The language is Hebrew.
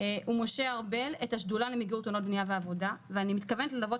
את השדולה למיגור תאונות בניה ועבודה ואני מתכוונת ללוות